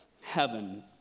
heaven